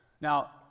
Now